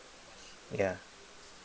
yeah